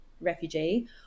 refugee